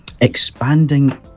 expanding